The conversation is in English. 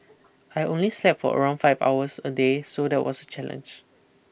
I only slept for around five hours a day so that was a challenge